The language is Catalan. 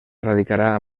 radicarà